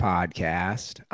Podcast